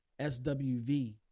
swv